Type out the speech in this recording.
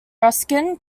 ruskin